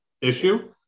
issue